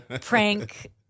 prank